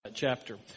chapter